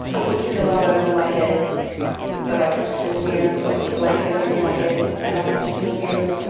i put the pillow over my head but i could still hear them, i put the blanket over my head and i could still hear them.